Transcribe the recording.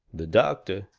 the doctor,